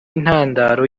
ntandaro